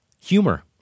humor